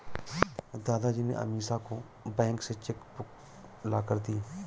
दादाजी ने अमीषा को बैंक से चेक बुक लाकर दी